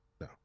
No